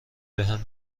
بهم